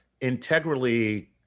integrally